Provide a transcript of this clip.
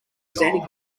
standing